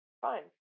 fine